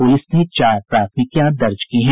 police ने चार प्राथमिकियां दर्ज की है